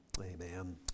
Amen